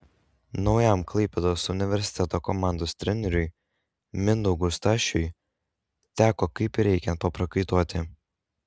naujam klaipėdos universiteto komandos treneriui mindaugui stašiui teko kaip reikiant paprakaituoti